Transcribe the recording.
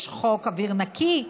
יש חוק אוויר נקי,